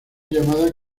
llamada